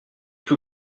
plus